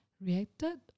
reacted